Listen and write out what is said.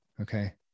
Okay